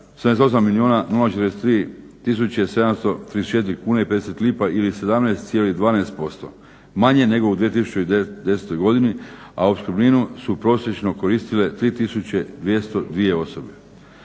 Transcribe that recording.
734 kune i 50 lipa ili 17,12% manje nego u 2010. godini, a opskrbninu su prosječno koristile 3202 osobe.